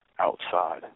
Outside